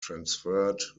transferred